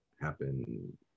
happen